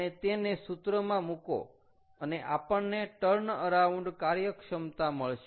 અને તેને સૂત્રમાં મુકો અને આપણને ટર્ન અરાઉન્ડ કાર્યક્ષમતા મળશે